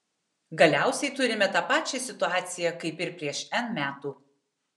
galiausiai turime tą pačią situaciją kaip ir prieš n metų